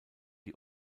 die